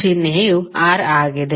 ಚಿಹ್ನೆಯು R ಆಗಿದೆ